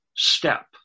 Step